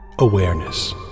Awareness